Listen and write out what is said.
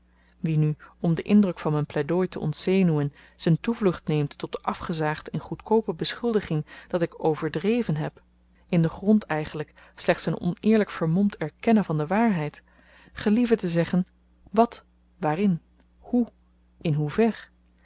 wie nu om den indruk van m'n pleidooi te ontzenuwen z'n toevlucht neemt tot de afgezaagde en goedkoope beschuldiging dat ik overdreven heb in den grond eigenlyk slechts n oneerlyk vermomd erkennen van de waarheid gelieve te zeggen wat waarin hoe in hoe ver